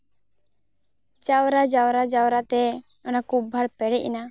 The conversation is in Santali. ᱡᱟᱣᱨᱟ ᱡᱟᱣᱨᱟ ᱡᱟᱣᱨᱟᱛᱮ ᱚᱱᱟ ᱠᱩᱵ ᱵᱷᱟᱬ ᱯᱮᱨᱮᱡ ᱮᱱᱟ